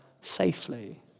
safely